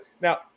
Now